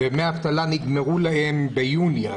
ודמי אבטלה נגמרו ביוני,